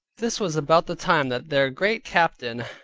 this was about the time that their great captain,